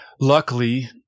Luckily